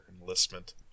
enlistment